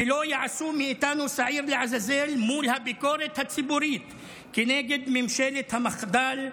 ולא יעשו מאיתנו שעיר לעזאזל מול הביקורת הציבורית כנגד ממשלת המחדל,